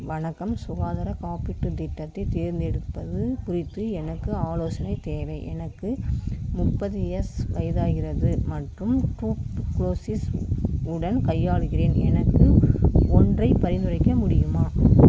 வணக்கம் சுகாதாரக் காப்பீட்டுத் திட்டத்தைத் தேர்ந்தெடுப்பது குறித்து எனக்கு ஆலோசனை தேவை எனக்கு முப்பது எஸ் வயதாகிறது மற்றும் ட்ரூப் கிலோஸிஸ் உடன் கையாளுகின்றேன் எனக்கு ஒன்றைப் பரிந்துரைக்க முடியுமா